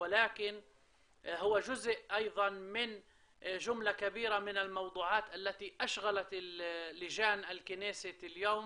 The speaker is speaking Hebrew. אבל הוא גם מהווה חלק מכמה וכמה נושאים אשר העסיקו את ועדות הכנסת היום